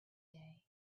day